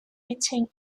between